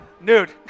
nude